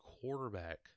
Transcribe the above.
quarterback